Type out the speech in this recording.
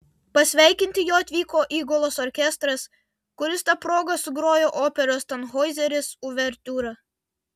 pasveikinti jo atvyko įgulos orkestras kuris ta proga sugrojo operos tanhoizeris uvertiūrą